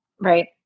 right